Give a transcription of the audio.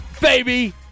baby